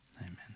amen